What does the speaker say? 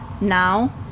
now